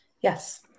Yes